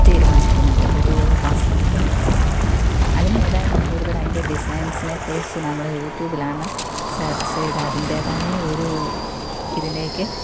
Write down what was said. തീരുമാനിക്കുന്നത് ഒരു വസ്ത്രം അതിനേതായാലും കൂടുതലതിൻ്റെ ഡിസൈൻസിനെക്കുറിച്ച് നമ്മൾ യൂറ്റൂബിലാണ് സർച്ച് ചെയ്ത് അതിൻ്റേതായ ഒരു ഇതിലേക്ക്